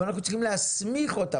אבל אנחנו צריכים להסמיך אותה.